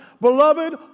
Beloved